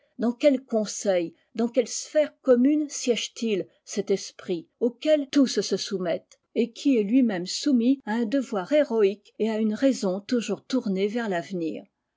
dans quel conseil dans quelle sphère commune sièget îl cet esprit auquel tous se soumettent et qui est lui-même soumis à un devoir héroïque et à une raison toujours tournée vers l'avenir